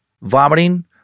vomiting